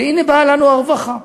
והנה באה לנו הרווחה,